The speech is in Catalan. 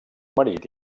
marit